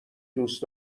دوست